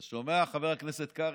אתה שומע, חבר הכנסת קרעי,